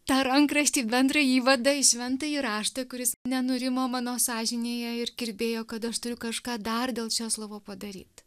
tą rankraštį bendrą įvadą į šventąjį raštą kuris nenurimo mano sąžinėje ir kirbėjo kad aš turiu kažką dar dėl česlovo padaryt